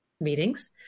meetings